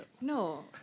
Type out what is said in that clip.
No